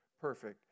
perfect